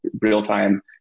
real-time